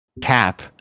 Cap